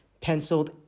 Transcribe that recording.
penciled